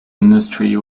industry